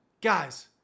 Guys